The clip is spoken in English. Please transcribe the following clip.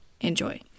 Enjoy